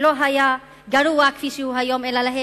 לא היה גרוע כפי שהוא היום, אלא להיפך,